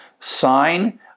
sign